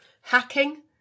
hacking